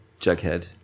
Jughead